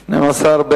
2010,